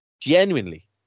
genuinely